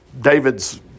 David's